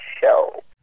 show